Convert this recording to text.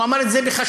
הוא אמר את זה בחשש.